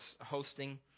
hosting